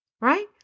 right